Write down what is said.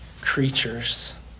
creatures